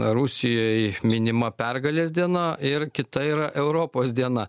rusijoj minima pergalės diena ir kita yra europos diena